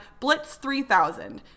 Blitz3000